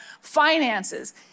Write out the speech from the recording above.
finances